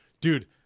dude